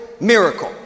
miracle